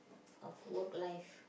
of work life